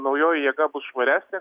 naujoji jėga bus švaresnė kad bus